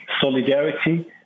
solidarity